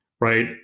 right